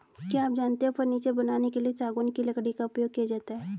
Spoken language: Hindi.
क्या आप जानते है फर्नीचर बनाने के लिए सागौन की लकड़ी का उपयोग किया जाता है